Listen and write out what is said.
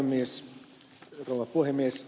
arvoisa rouva puhemies